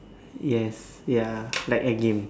yes ya like a game